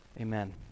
Amen